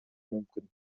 мүмкүн